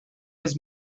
his